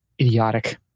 idiotic